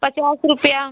पचास रुपया